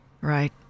right